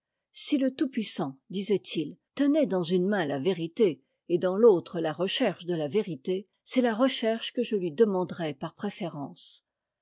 si le tout-puissant disait ii tenait dans une main la vérité et dans l'autre la recherche de la vérité c'est la recherche que je lui demanderais par préférence